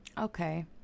Okay